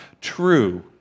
true